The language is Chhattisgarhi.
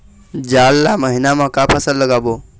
जाड़ ला महीना म का फसल लगाबो?